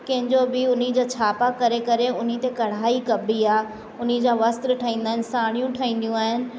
कंहिं जो बि हुनजा छापा करे करे उन्हनि ते कढ़ाई कबी आहे हुनजा वस्त्र ठाहींदा आहिनि साड़ियूं ठहंदियूं आहिनि